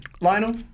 Lionel